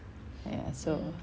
ya so